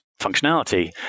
functionality